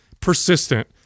persistent